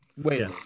Wait